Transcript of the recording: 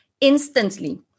instantly